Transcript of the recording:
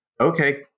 okay